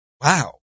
Wow